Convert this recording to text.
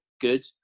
good